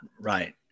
Right